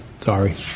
Sorry